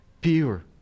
pure